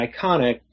iconic